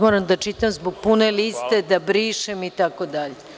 Moram da čitam zbog pune liste, da brišem, itd.